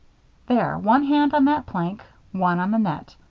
there, one hand on that plank, one on the net.